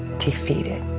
defeated.